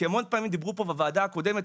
המון פעמים דיברו פה בוועדה הקודמת,